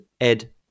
Ed